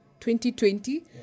2020